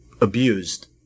abused